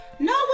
No